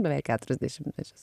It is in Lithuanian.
beveik keturis dešimtmečius